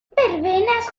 verbenas